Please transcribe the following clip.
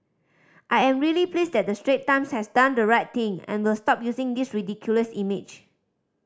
I am really pleased that the Strait Times has done the right thing and will stop using these ridiculous image